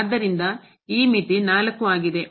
ಆದ್ದರಿಂದ ಈ ಮಿತಿ 4 ಆಗಿದೆ